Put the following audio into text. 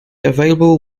available